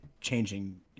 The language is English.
changing